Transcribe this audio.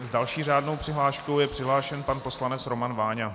S další řádnou přihláškou je přihlášen pan poslanec Roman Váňa.